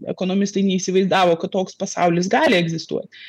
ekonomistai neįsivaizdavo kad toks pasaulis gali egzistuot